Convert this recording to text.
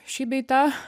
šį bei tą